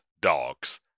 dogs